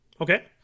Okay